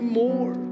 more